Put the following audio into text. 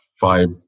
five